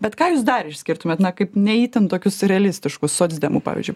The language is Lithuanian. bet ką jūs dar išskirtumėt kaip ne itin tokius realistiškus socdemų pavyzdžiu